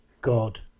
God